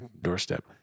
doorstep